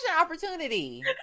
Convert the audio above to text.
opportunity